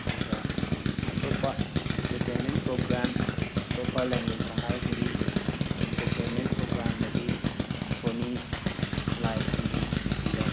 ꯑꯗꯨꯒ ꯑꯇꯣꯞꯄ entertainment programme ꯑꯇꯣꯞꯄ ꯂꯦꯡꯒ꯭ꯋꯦꯖꯇ ꯍꯥꯏꯔꯒꯗꯤ ꯑꯦꯟꯇꯔꯇꯦꯟꯃꯦꯟ ꯄ꯭ꯔꯣꯒ꯭ꯔꯥꯝꯗꯗꯤ ꯁꯣꯅꯤ ꯂꯥꯏꯐ ꯇꯤꯚꯤꯗ